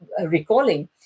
recalling